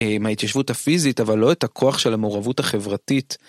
מההתיישבות הפיזית אבל לא את הכוח של המעורבות החברתית.